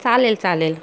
चालेल चालेल